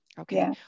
Okay